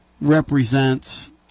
represents